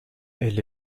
elle